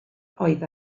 oedd